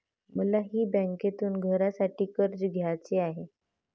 मलाही बँकेतून घरासाठी कर्ज घ्यायचे आहे